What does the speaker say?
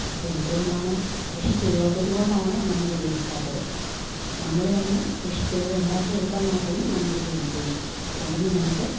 ഇപ്പം എന്തുകൊണ്ടാണ് കൃഷി ചെയ്യാത്തത് കൊണ്ടാണ് നമുക്ക് ലഭിക്കാത്തത് നമ്മള് തന്നെ കൃഷി ചെയ്തുണ്ടാക്കി എടുത്താൽ മാത്രമേ നമുക്ക് ലഭിക്കുള്ളൂ അല്ലെങ്കിൽ നമുക്ക്